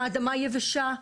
האדמה יבשה,